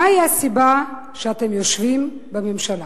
מהי הסיבה שאתם יושבים בממשלה?